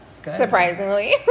surprisingly